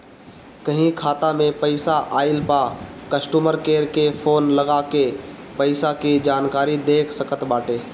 कहीं खाता में पईसा आइला पअ कस्टमर केयर के फोन लगा के पईसा के जानकारी देख सकत बाटअ